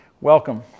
welcome